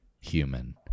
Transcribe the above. human